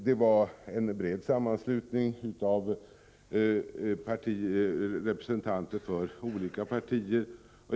Det var en bred sammanslutning med representanter för olika partier.